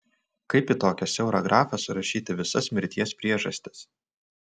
kaip į tokią siaurą grafą surašyti visas mirties priežastis